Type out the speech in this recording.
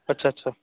अच्छा अच्छा